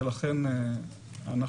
ולכן אנחנו,